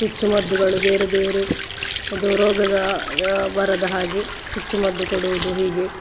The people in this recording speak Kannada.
ಚುಚ್ಚುಮದ್ದುಗಳು ಬೇರೆ ಬೇರೆ ಇದು ರೋಗಗ ಬರದ ಹಾಗೆ ಚುಚ್ಚುಮದ್ದು ಕೊಡುವುದು ಹೀಗೆ